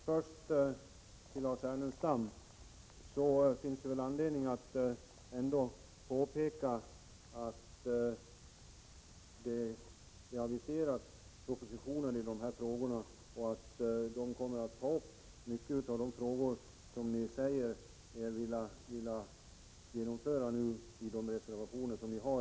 Herr talman! Jag vänder mig först till Lars Ernestam. Det finns anledning att påpeka att det har aviserats en proposition i dessa frågor och att propositionen kommer att ta upp många av de frågor som ni nu tar upp i reservationerna.